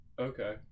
Okay